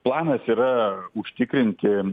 planas yra užtikrinti